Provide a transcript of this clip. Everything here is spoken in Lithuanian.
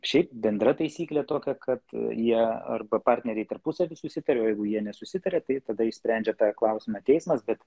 šiaip bendra taisyklė tokia kad jie arba partneriai tarpusavy susitaria o jeigu jie nesusitaria tai tada išsprendžia tą klausimą teismas bet